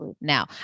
now